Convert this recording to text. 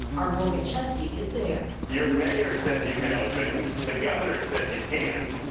our morgan chesky is there. your mayor says you can open. the governor says you can't.